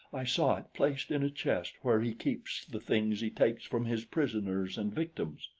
i saw it placed in a chest where he keeps the things he takes from his prisoners and victims.